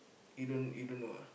you don't you don't know ah